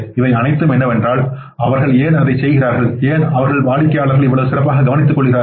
இவை அனைத்தும் என்னவென்றால் அவர்கள் ஏன் அதைச் செய்கிறார்கள் ஏன் அவர்கள் தங்கள் வாடிக்கையாளர்களை இவ்வளவு சிறப்பாக கவனித்துக்கொள்கிறார்கள்